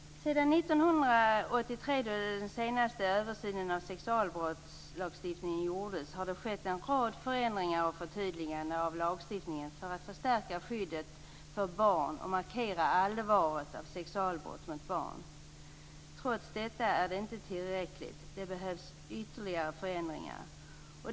Sedan 1983, då den senaste översynen av sexualbrottslagstiftningen gjordes, har det skett en rad förändringar och förtydliganden av lagstiftningen för att förstärka skyddet för barn och markera allvaret av sexualbrott mot barn. Trots detta är det inte tillräckligt. Det behövs ytterligare förändringar.